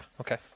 Okay